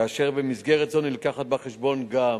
כאשר במסגרת זו מובאת בחשבון גם,